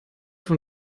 von